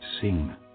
sing